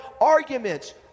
arguments